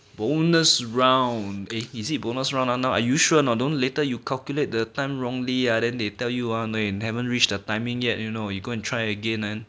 bonus round a easy bonus round ah now are you sure or not don't later you calculate the time wrongly ah then they tell you ah eh haven't reached a timing yet you know you go and try again and